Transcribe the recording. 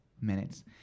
minutes